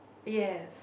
yes